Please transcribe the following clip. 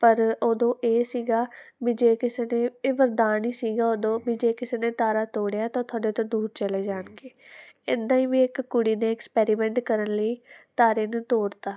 ਪਰ ਉਦੋਂ ਇਹ ਸੀਗਾ ਵੀ ਜੇ ਕਿਸੇ 'ਤੇ ਇਹ ਵਰਦਾਨ ਹੀ ਸੀਗਾ ਉਦੋਂ ਵੀ ਜੇ ਕਿਸੇ ਨੇ ਤਾਰਾ ਤੋੜਿਆ ਤਾਂ ਤੁਹਾਡੇ ਤੋਂ ਦੂਰ ਚਲੇ ਜਾਣਗੇ ਇੱਦਾਂ ਹੀ ਵੀ ਇੱਕ ਕੁੜੀ ਨੇ ਐਕਸਪੈਰੀਮੈਂਟ ਕਰਨ ਲਈ ਤਾਰੇ ਨੂੰ ਤੋੜਤਾ